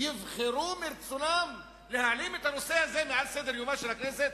יבחרו מרצונם להעלים את הנושא הזה מעל סדר-יומה של הכנסת,